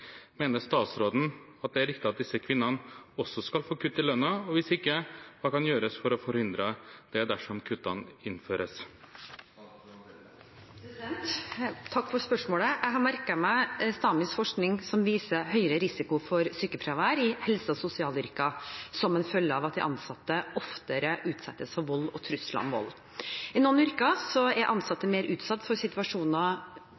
Mener statsråden det er riktig at disse kvinnene også skal få kutt i lønna, og hvis ikke, hva kan gjøres for å forhindre det dersom kuttene innføres?» Takk for spørsmålet. Jeg har merket meg STAMIs forskning, som viser høyere risiko for sykefravær i helse- og sosialyrker som en følge av at de ansatte oftere utsettes for vold og trusler om vold. I noen yrker er